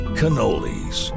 cannolis